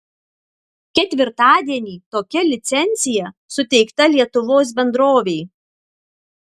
ketvirtadienį tokia licencija suteikta lietuvos bendrovei